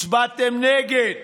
הצבעתם נגד,